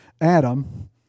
Adam